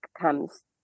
comes